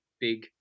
big